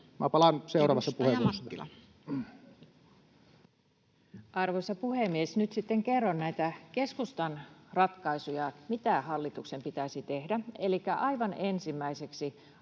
muuttamisesta Time: 16:42 Content: Arvoisa puhemies! Nyt sitten kerron näitä keskustan ratkaisuja siitä, mitä hallituksen pitäisi tehdä. Elikkä aivan ensimmäiseksi